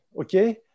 Okay